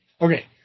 Okay